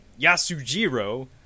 Yasujiro